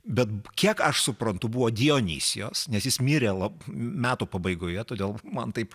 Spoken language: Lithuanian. bet kiek aš suprantu buvo dionisijos nes jis mirė lab metų pabaigoje todėl man taip